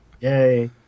Yay